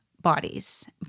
bodies